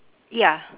ya